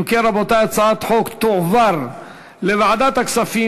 אם כן, רבותי, הצעת החוק תועבר לוועדת הכספים